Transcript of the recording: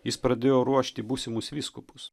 jis pradėjo ruošti būsimus vyskupus